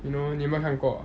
you know 你有没有看过